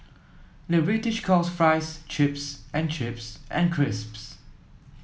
the British calls fries chips and chips and crisps